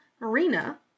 Marina